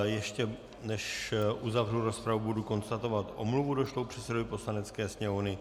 Ještě než uzavřu rozpravu, budu konstatovat omluvu došlou předsedovi Poslanecké sněmovny.